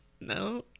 no